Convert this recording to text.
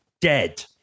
dead